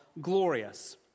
glorious